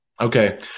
Okay